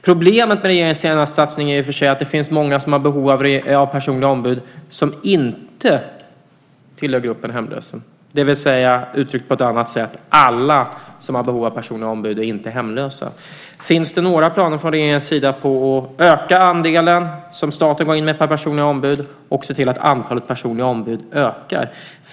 Problemet med regeringens senaste satsning är att det finns många som har behov av personliga ombud men inte tillhör gruppen hemlösa, eller uttryckt på ett annat sätt: Alla som har behov av personliga ombud är inte hemlösa. Finns det några planer från regeringens sida på att öka andelen som staten går in med per personligt ombud och se till att antalet personliga ombud ökar?